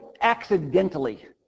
accidentally